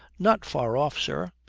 not far off, sir.